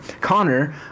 Connor